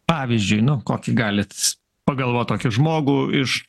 pavyzdžiui nu kokį galit pagalvot tokį žmogų iš